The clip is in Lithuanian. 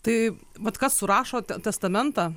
tai vat kas surašo testamentą